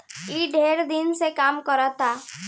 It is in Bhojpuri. ई ढेर दिन से काम करता